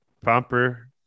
bumper